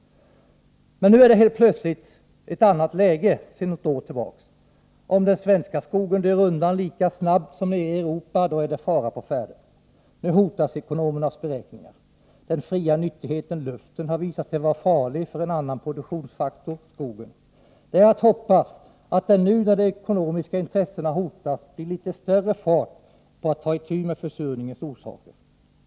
Men nu är det helt plötsligt ett annat läge sedan något år tillbaka. Om den svenska skogen dör lika snabbt som nere i Europa, då är det fara på färde. Nu hotas ekonomernas beräkningar. Den fria nyttigheten — luften — har visat sig vara farlig för en annan produktionsfaktor — skogen. Man får hoppas att det blir litet större fart på arbetet med att ta itu med försurningens orsaker nu när de ekonomiska intressena hotas.